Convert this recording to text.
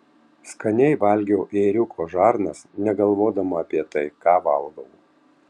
skaniai valgiau ėriuko žarnas negalvodama apie tai ką valgau